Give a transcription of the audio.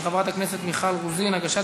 של חברת הכנסת מיכל רוזין: הגשת